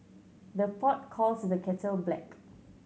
the pot calls the kettle black